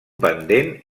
pendent